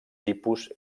tipus